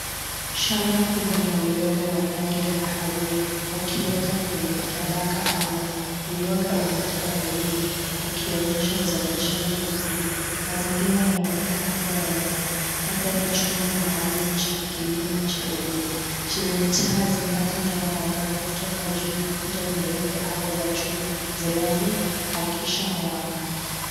Shamba kubwa lauyoga wa kahawia wakiota kwenye tabaka au rafa. Uyoga umejaa kwa wingi ukionyesha uzalishaji mkubwa. Mazingira yanaonekana kuwa ya ndani labda ni cumba maaluma cha kilimo cha uyoga chenye taa zinazotoa mwangaza kutoka juu na kuta nyeupe au za chuma zinazowakisha mwanga.